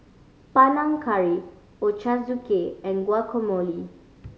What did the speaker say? Panang Curry Ochazuke and Guacamole